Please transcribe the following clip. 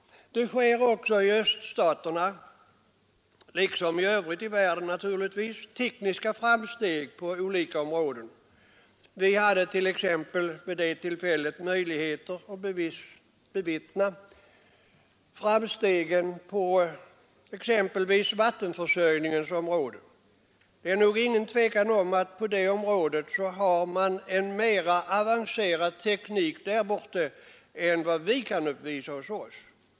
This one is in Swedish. Det sker också i öststaterna, liksom naturligtvis i världen i övrigt, tekniska framsteg på olika områden. Vi hade vid det tillfället möjligheter att bevittna framstegen på exempelvis vattenförsörjningens område. Det är nog inget tvivel om att man på det området har en mer avancerad teknik där borta än vi kan uppvisa hos oss.